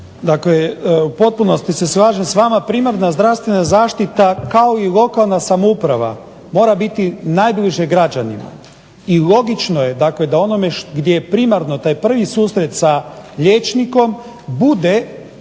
Dakle, u potpunosti se slažem s vama. Primarna zdravstvena zaštita kao i lokalna samouprava mora biti najbliže građanima. I logično je dakle da onome gdje je primarno taj prvi susret sa liječnikom bude